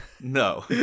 No